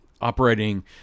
operating